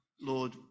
Lord